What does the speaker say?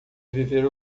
viver